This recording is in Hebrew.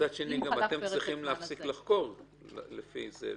מצד שני אתם צריכים להפסיק לחקור לפי זה.